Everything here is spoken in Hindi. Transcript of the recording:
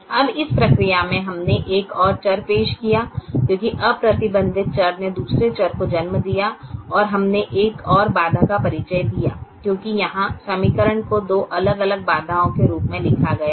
अब इस प्रक्रिया में हमने एक और चर पेश किया क्योंकि अप्रतिबंधित चर ने दूसरे चर को जन्म दिया और हमने एक और बाधा का परिचय दिया क्योंकि यहां समीकरण को दो अलग अलग बाधाओं के रूप में लिखा गया था